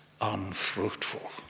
unfruitful